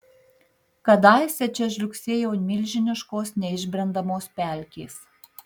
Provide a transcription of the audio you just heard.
kadaise čia žliugsėjo milžiniškos neišbrendamos pelkės